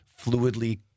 fluidly